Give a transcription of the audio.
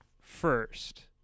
First